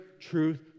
truth